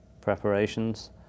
preparations